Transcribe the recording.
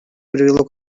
привело